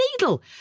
needle